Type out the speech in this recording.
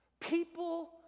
People